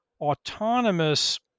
autonomous